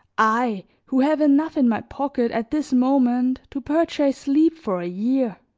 i who have enough in my pocket at this moment to purchase sleep for a year